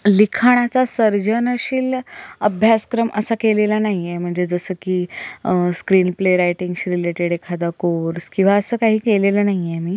लिखाणाचा सर्जनशील अभ्यासक्रम असा केलेला नाही आहे म्हणजे जसं की स्क्रीन प्ले रायटिंगशी रिलेटेड एखादा कोर्स किवा असं काही केलेलं नाही आहे मी